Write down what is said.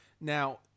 Now